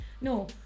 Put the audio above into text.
No